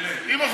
אם,